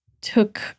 took